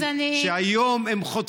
וגם היום הם חוטפים,